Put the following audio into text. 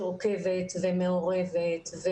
שעוקבת ומעורבת,